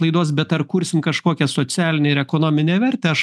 laidos bet ar kursim kažkokią socialinę ir ekonominę vertę aš